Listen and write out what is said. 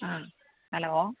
ആ ഹലോ